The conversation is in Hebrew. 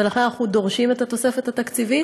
ולכן אנחנו דורשים את התוספת התקציבית,